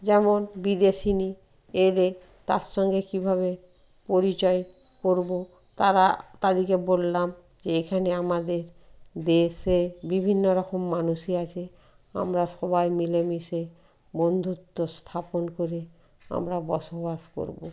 যেমন বিদেশিনী এদের তার সঙ্গে কীভাবে পরিচয় করবো তারা তাদেরকে বললাম যে এখানে আমাদের দেশে বিভিন্ন রকম মানুষই আছে আমরা সবাই মিলে মিশে বন্ধুত্ব স্থাপন করি আমরা বসবাস করবো